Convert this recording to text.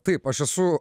taip aš esu